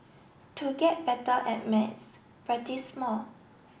to get better at maths practice more